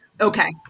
Okay